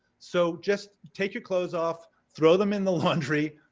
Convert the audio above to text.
so just take your clothes off, throw them in the laundry,